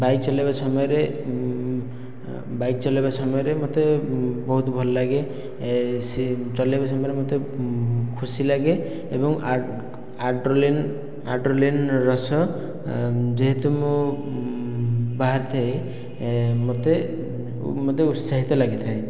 bike ଚଲେଇବା ସମୟରେ bike ଚଲେଇବା ସମୟରେ ମୋତେ ବହୁତ ଭଲ ଲାଗେ ଚଲେଇବା ସମୟରେ ମୋତେ ଖୁସି ଲାଗେ ଏବଂ ଆଡ୍ରିନାଲିନ ଆଡ୍ରିନାଲିନ ରସ ଯେହେତୁ ମୁଁ ବାହାରିଥାଏ ମୋତେ ମୋତେ ଉତ୍ସାହିତ ଲାଗିଥାଏ